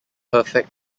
perfect